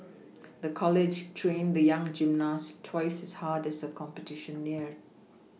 the college trained the young gymnast twice as hard as the competition neared